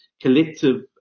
collective